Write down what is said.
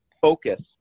focus